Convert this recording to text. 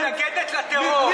אופוזיציה שמתנגדת לטרור.